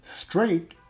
straight